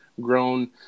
grown